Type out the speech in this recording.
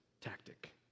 tactic